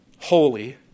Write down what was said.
holy